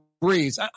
Breeze